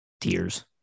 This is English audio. tears